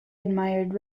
admired